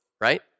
right